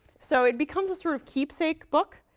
so it becomes a sort of keepsake book.